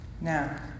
Now